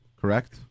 Correct